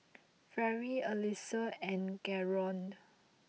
Fairy Allyssa and Garold